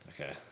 Okay